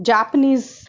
Japanese